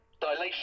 Dilation